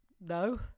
No